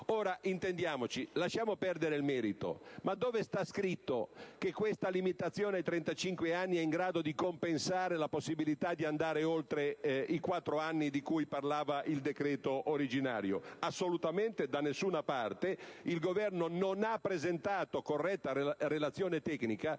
Ora, lasciamo perdere il merito, ma dove sta scritto che questa limitazione a 35 anni è in grado di compensare la possibilità di andare oltre i quattro anni di cui parlava il decreto originario? Assolutamente da nessuna parte. Il Governo non ha presentato corretta relazione tecnica,